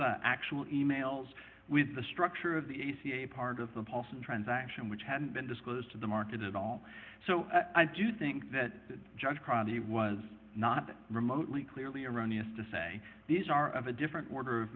the actual e mails with the structure of the the a part of the paulson transaction which hadn't been disclosed to the market at all so i do think that the judge probably was not remotely clearly erroneous to say these are of a different order of